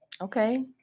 Okay